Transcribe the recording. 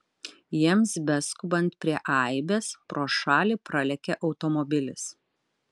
jiems beskubant prie aibės pro šalį pralėkė automobilis